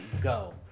go